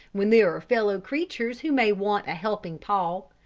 when there are fellow-creatures who may want a helping paw.